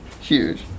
Huge